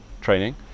training